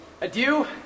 adieu